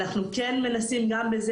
אנחנו כן מנסים גם בזה,